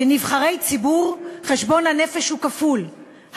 כנבחרי ציבור חשבון הנפש הוא כפול,